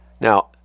Now